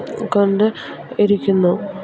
കൊണ്ട് ഇരിക്കുന്നു